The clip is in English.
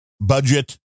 budget